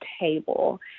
Table